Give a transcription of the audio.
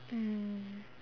mm